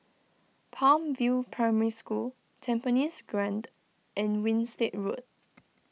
Palm View Primary School Tampines Grande and Winstedt Road